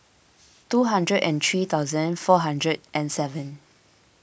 two hundred and three thousand four hundred and seven